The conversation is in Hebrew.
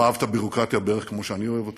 והוא אהב את הביורוקרטיה בערך כמו שאני אוהב אותה,